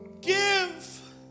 give